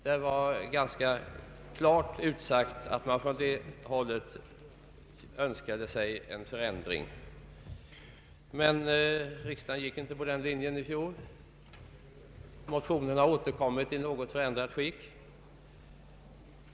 Där var ganska klart utsagt att man från det hållet önskade sig en förändring, men riksdagen gick inte på den linjen i fjol. Nu har motionerna återkommit i något förändrat skick.